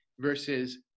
versus